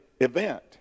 event